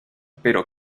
pero